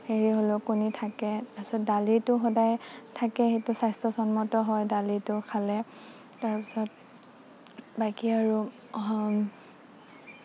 হেৰি হ'লেও কণী থাকে তাৰপিছত দালিটো সদায় থাকে সেইটো স্বাস্থ্যসন্মত হয় দালিটো খালে তাৰপিছত বাকী আৰু